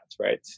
right